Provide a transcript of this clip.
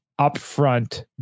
upfront